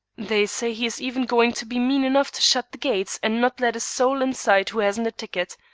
they say he is even going to be mean enough to shut the gates and not let a soul inside who hasn't a ticket.